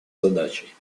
задачей